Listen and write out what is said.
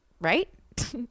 Right